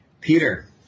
Peter